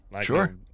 Sure